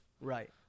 right